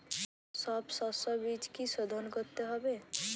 সব শষ্যবীজ কি সোধন করতে হবে?